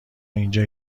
اینجا